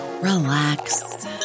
relax